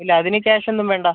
ഇല്ല അതിന് ക്യാഷൊന്നും വേണ്ട